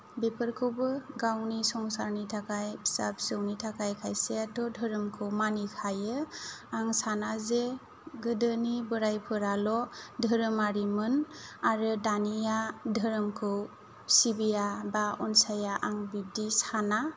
बेफोरखौबो गावनि संसारनि थाखाय फिसा फिसौनि थाखाय खायसेयाथ' धोरोमखौ मानिखायो आं साना जे गोदोनि बोरायफोराल' धोरोमारिमोन आरो दानिया धोरोमखौ सिबिया बा अनसाया आं बिब्दि साना